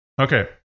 Okay